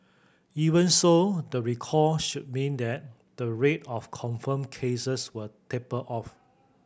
even so the recall should mean that the rate of confirmed cases will taper off